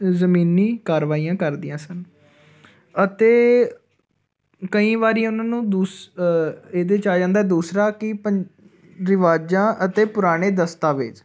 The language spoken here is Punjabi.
ਜ਼ਮੀਨੀ ਕਾਰਵਾਈਆਂ ਕਰਦੀਆਂ ਸਨ ਅਤੇ ਕਈ ਵਾਰੀ ਉਹਨਾਂ ਨੂੰ ਦੂਸ ਇਹਦੇ 'ਚ ਆ ਜਾਂਦਾ ਦੂਸਰਾ ਕਿ ਪੰ ਰਿਵਾਜ਼ਾਂ ਅਤੇ ਪੁਰਾਣੇ ਦਸਤਾਵੇਜ਼